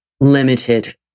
limited